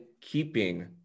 keeping